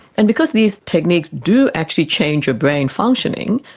and because these techniques do actually change your brain functioning,